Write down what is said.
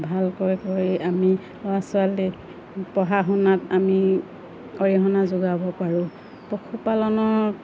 ভালকৈ কৰি আমি ল'ৰা ছোৱালী পঢ়া শুনাত আমি অৰিহণা যোগাব পাৰোঁ পশুপালনৰ